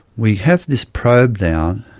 we have this probe down,